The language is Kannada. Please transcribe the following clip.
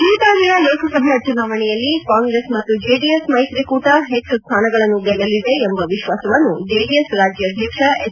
ಈ ಬಾರಿಯ ಲೋಕಸಭಾ ಚುನಾವಣೆಯಲ್ಲಿ ಕಾಂಗ್ರೆಸ್ ಮತ್ತು ಜೆಡಿಎಸ್ ಮೈತ್ರಿಕೂಟ ಹೆಚ್ಚು ಸ್ಠಾನಗಳನ್ನು ಗೆಲ್ಲಲಿದೆ ಎಂಬ ವಿಶ್ವಾಸವನ್ನು ಜೆಡಿಎಸ್ ರಾಜ್ಯಾಧ್ಯಕ್ಷ ಎಚ್